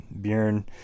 Bjorn